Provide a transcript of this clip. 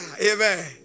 Amen